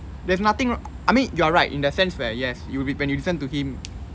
there's nothing I mean you're right in that sense that yes when you when you listen to him